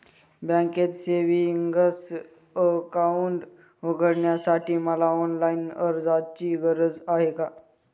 बँकेत savings account उघडण्यासाठी मला ऑनलाईन अर्जाची गरज आहे का?